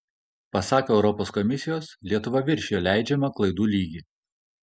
pasak europos komisijos lietuva viršijo leidžiamą klaidų lygį